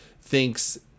thinks